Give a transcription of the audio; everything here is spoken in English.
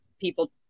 people